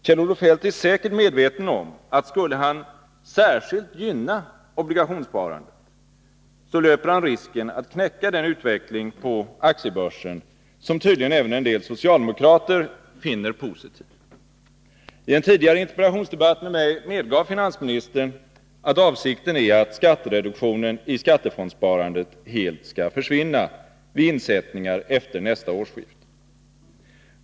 Kjell-Olof Feldt är säkert medveten om, att skulle han särskilt gynna obligationssparandet, skulle han löpa risk att knäcka den utveckling på aktiebörsen som tydligen även en del socialdemokrater finner positiv. I en tidigare interpellationsdebatt med mig medgav finansministern att avsikten är att skattereduktionen i fråga om skattefondssparandet helt skall försvinna vid insättningar efter nästa årsskifte.